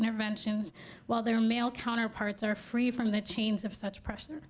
interventions while their male counterparts are free from the chains of such pressure